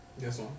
Yes